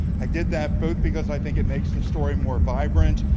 i did that both because i think it makes the story more vibrant,